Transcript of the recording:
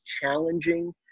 challenging